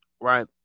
Right